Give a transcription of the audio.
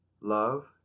love